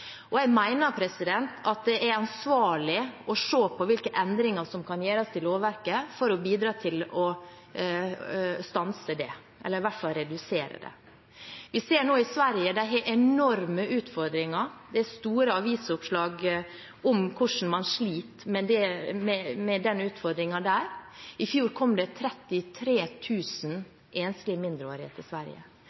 og jeg mener at det er ansvarlig å se på hvilke endringer som kan gjøres i lovverket for å bidra til å stanse det, eller i hvert fall å redusere det. Vi ser nå at man i Sverige har enorme utfordringer. Det er store avisoppslag om hvordan de sliter med disse utfordringene der. I fjor kom det 33 000 enslige mindreårige til Sverige.